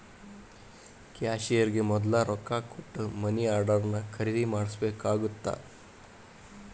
ಕ್ಯಾಶಿಯರ್ಗೆ ಮೊದ್ಲ ರೊಕ್ಕಾ ಕೊಟ್ಟ ಮನಿ ಆರ್ಡರ್ನ ಖರೇದಿ ಮಾಡ್ಬೇಕಾಗತ್ತಾ